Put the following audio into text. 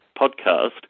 podcast